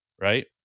right